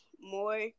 more